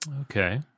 Okay